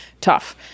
Tough